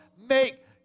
make